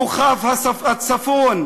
כוכב הצפון,